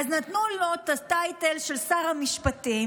אז נתנו לו את הטייטל של שר המשפטים,